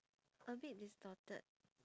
a bit distorted